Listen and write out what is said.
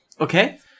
Okay